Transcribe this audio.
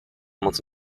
moc